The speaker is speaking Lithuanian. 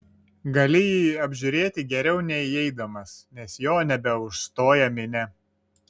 gali jį apžiūrėti geriau nei įeidamas nes jo nebeužstoja minia